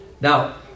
Now